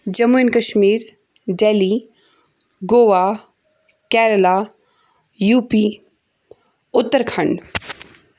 Jammu and Kashmir Delhi Goa Kerala U P Uttarakhand